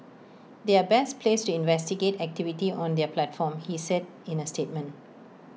they are best placed to investigate activity on their platform he said in A statement